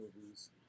movies